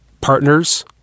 partners